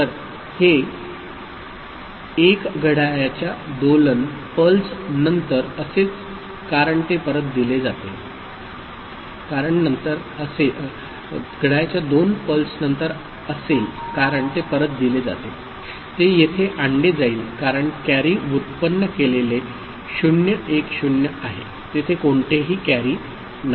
तर हे १ घड्याळाच्या दोलन पल्स नंतर असेल कारण ते परत दिले जाते ते येथे आणले जाईल कारण कॅरी व्युत्पन्न केलेले 0 1 0 आहे तेथे कोणतेहीकॅरी नाही